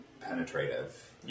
penetrative